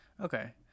Okay